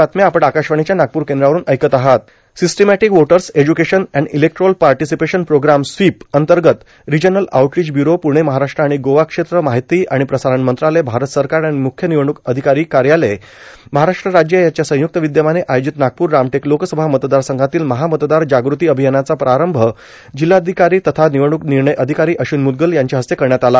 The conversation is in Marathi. र्यासस्टॅर्मॉटक voters education and electoral participation programme स्वीप अंतगत regional outreach bureau Pune Maharashtra आर्राण गोवा क्षेत्र मर्राहती आर्राण प्रसारण मंत्रालय भारत सरकार आण मुख्य ानवडणूक आधिकारां कायालय महाराष्ट्र राज्य यांच्या संयुक्त र्विद्यमाने आयोजित नागपूर रामटेक लोकसभा मतदार संघातील महामतदार जागृती र्आभयानाचा प्रारंभ जिल्हाधिकारां तथा र्नवडणूक र्निणय र्अाधकारां अश्विन म्रदगल यांच्या हस्ते करण्यात आला